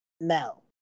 Mel